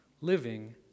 living